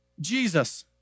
Jesus